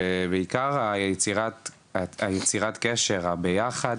ובעיקר יצירת קשר, הביחד,